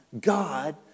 God